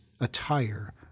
attire